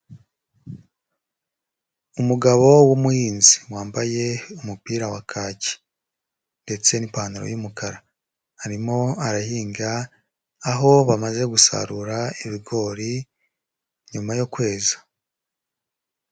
Umugabo w'umuhinzi wambaye umupira wa kaki ndetse n'ipantaro y'umukara, arimo arahinga aho bamaze gusarura ibigori nyuma yo kweza.